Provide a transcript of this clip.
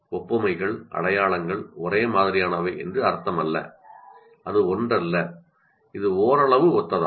ஒப்புமைகள் அடையாளங்கள் ஒரே மாதிரியானவை என்று அர்த்தமல்ல அது ஒன்றல்ல இது ஓரளவு ஒத்ததாகும்